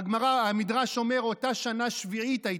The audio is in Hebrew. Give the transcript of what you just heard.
והמדרש אומר: אותה שנה, שביעית הייתה.